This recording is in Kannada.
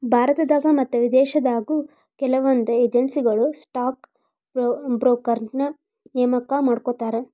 ಭಾರತದಾಗ ಮತ್ತ ವಿದೇಶದಾಗು ಕೆಲವೊಂದ್ ಏಜೆನ್ಸಿಗಳು ಸ್ಟಾಕ್ ಬ್ರೋಕರ್ನ ನೇಮಕಾ ಮಾಡ್ಕೋತಾರ